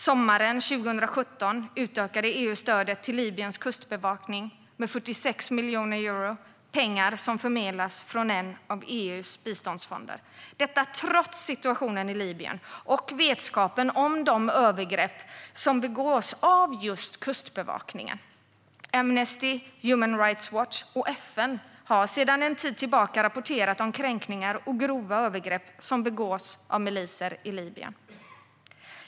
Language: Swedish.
Sommaren 2017 utökade EU stödet till Libyens kustbevakning med 46 miljoner euro, pengar som förmedlas från en av EU:s biståndsfonder, trots situationen i Libyen och vetskapen om de övergrepp som begås av just kustbevakningen. Amnesty, Human Rights Watch och FN har sedan en tid tillbaka rapporterat om kränkningar och grova övergrepp som begås av miliser i Libyen.